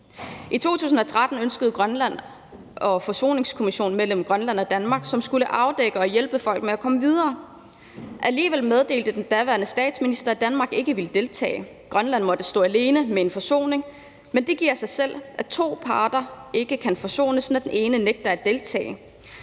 I 2013 ønskede Grønland en Forsoningskommission mellem Grønland og Danmark, som skulle afdække og hjælpe folk med at komme videre. Alligevel meddelte den daværende statsminister, at Danmark ikke ville deltage. Grønland måtte stå alene med en forsoning, men det giver sig selv, at to parter ikke kan forsones, når den ene nægter at deltage.